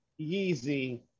Yeezy